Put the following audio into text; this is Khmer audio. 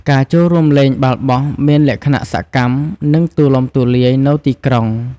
ការចូលរួមលេងបាល់បោះមានលក្ខណៈសកម្ម និងទូលំទូលាយនៅទីក្រុង។